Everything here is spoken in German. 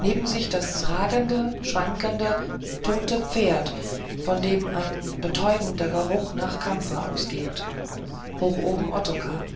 neben sich das ragende schwankende tote pferd von dem ein betäubender geruch nach kampfer ausgeht hoch oben ottokar